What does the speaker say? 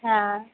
હા